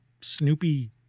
snoopy